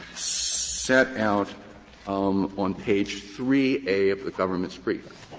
set out um on page three a of the government's brief.